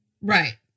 Right